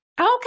Okay